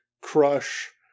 Crush